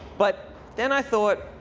but then i thought,